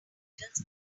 titles